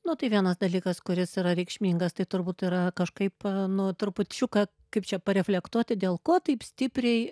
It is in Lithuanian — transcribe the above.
nu tai vienas dalykas kuris yra reikšmingas tai turbūt yra kažkaip nu trupučiuką kaip čia pareflektuoti dėl ko taip stipriai